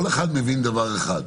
כל אחד מבין דבר אחד: